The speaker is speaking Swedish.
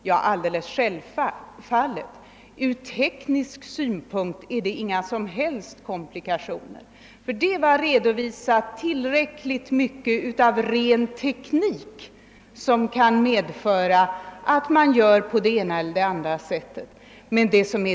Ja, självfallet finns det det — ur teknisk synpunkt medför de inga som helst komplikationer om man gör på det ena eller andra sättet.